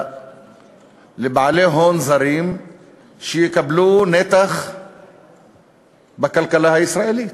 לבעלי הון זרים שיקבלו נתח בכלכלה הישראלית?